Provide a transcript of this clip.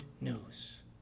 news